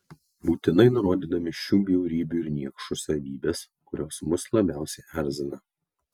būtinai nurodydami šių bjaurybių ir niekšų savybes kurios mus labiausiai erzina